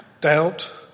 doubt